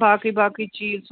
باقٕے باقٕے چیٖز